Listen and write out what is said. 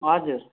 हजुर